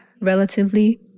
relatively